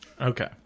Okay